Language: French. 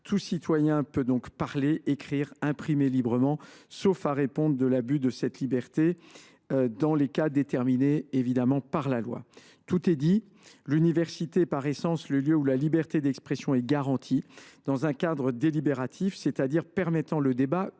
tout citoyen peut donc parler, écrire, imprimer librement, sauf à répondre de l’abus de cette liberté dans les cas déterminés par la loi. » Tout est dit. L’université est, par essence, le lieu où la liberté d’expression est garantie, dans un cadre délibératif, c’est à dire permettant le débat